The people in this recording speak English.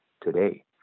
today